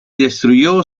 destruyó